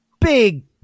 big